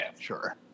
Sure